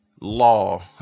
Law